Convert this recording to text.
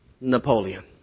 Napoleon